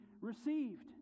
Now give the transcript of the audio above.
received